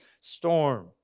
storm